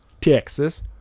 Texas